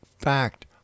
fact